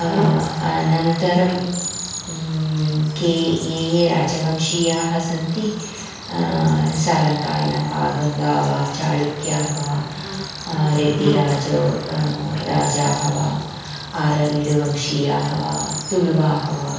अनन्तरं के ये ये राजवंशीयाः सन्ति सालङ्कायन वा गङ्गा वा चालुक्याः वा रेड्डिराजो राजाः वा आरवीडुवंशीयाः वा तुलुवाः वा